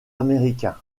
américains